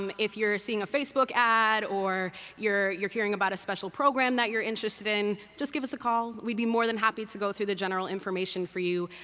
um if you're seeing a facebook ad or you're you're hearing about a special program that you're interested in, just give us a call. we'd be more than happy to go through the general information for you,